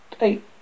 eight